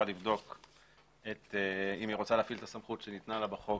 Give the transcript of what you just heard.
לבדוק אם היא רוצה להפעיל את הסמכות שניתנה לה בחוק